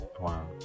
Wow